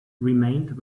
remained